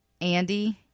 Andy